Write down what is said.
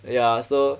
ya so